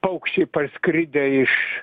paukščiai parskridę iš